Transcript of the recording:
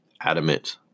adamant